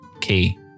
key